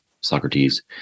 Socrates